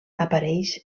apareix